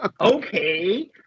okay